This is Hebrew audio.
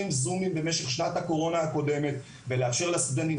זומים במשך שנת הקורונה הקודמת ולאפשר לסטודנטים